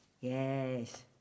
Yes